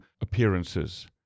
appearances